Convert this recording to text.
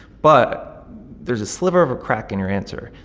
but there's a sliver of a crack in your answer,